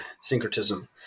syncretism